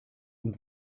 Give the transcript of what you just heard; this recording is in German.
und